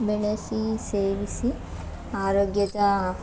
ಬೆಳೆಸಿ ಸೇವಿಸಿ ಆರೋಗ್ಯದ